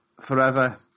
Forever